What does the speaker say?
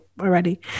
already